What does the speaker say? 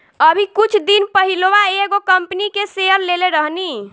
अभी कुछ दिन पहिलवा एगो कंपनी के शेयर लेले रहनी